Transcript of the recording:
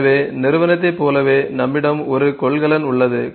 எனவே நிறுவனத்தைப் போலவே நம்மிடம் ஒரு கொள்கலன் உள்ளது